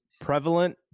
prevalent